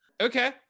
Okay